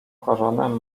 koronę